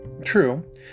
True